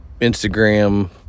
Instagram